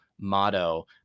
motto